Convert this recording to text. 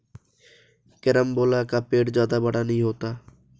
carambola का पेड़ जादा बड़ा नहीं होता